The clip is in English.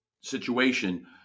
situation